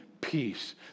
peace